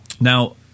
Now